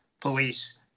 police